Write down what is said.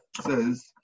says